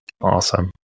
awesome